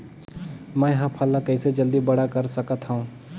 मैं ह फल ला कइसे जल्दी बड़ा कर सकत हव?